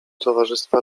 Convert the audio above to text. towarzystwa